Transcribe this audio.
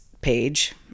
page